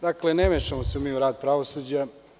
Dakle, ne mešamo se mi u rad pravosuđa.